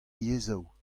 yezhoù